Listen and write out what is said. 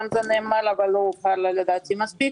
זה נאמר אך לא הודגש לדעתי מספיק